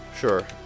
Sure